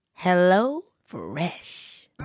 HelloFresh